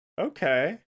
Okay